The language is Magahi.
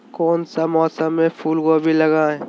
कौन सा मौसम में फूलगोभी लगाए?